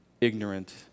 ignorant